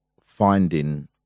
finding